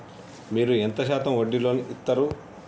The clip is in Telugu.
మీరు ఎంత శాతం వడ్డీ లోన్ ఇత్తరు?